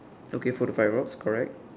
okay for the five rocks correct